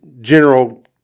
general